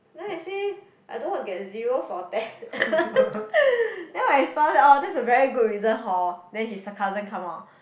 then you see I don't want get zero for test then when I found out that's a very good result hor then his the sarcasm come out